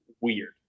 weird